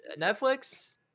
netflix